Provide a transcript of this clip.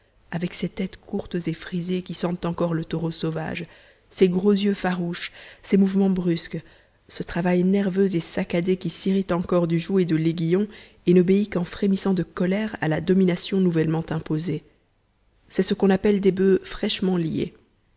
avec ces têtes courtes et frisées qui sentent encore le taureau sauvage ces gros yeux farouches ces mouvements brusques ce travail nerveux et saccadé qui s'irrite encore du joug et de l'aiguillon et n'obéit qu'en frémissant de colère à la domination nouvellement imposée c'est ce qu'on appelle des bufs fraîchement liés